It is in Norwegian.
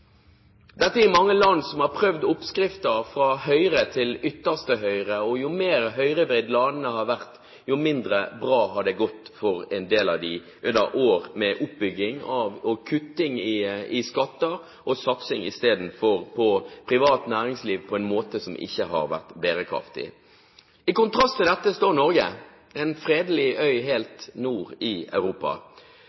Dette er mange land som har prøvd oppskrifter, fra høyre til ytterste høyre. Jo mer høyrevridd landene har vært, jo mindre bra har det gått for en del av dem under år med oppbygging og kutting i skatter, og isteden satsing på privat næringsliv på en måte som ikke har vært bærekraftig. I kontrast til dette står Norge, en fredelig